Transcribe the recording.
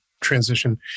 transition